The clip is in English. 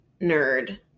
nerd